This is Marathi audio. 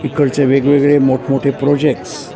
इकडचे वेगवेगळे मोठमोठे प्रोजेक्ट्स